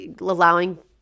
allowing